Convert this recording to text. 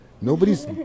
Nobody's